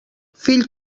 fill